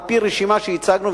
על-פי רשימה שהצגנו,